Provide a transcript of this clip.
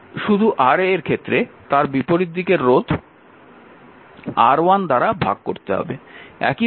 শুধু Ra এর ক্ষেত্রে তার বিপরীত দিকের রোধ R1 দ্বারা ভাগ করতে হবে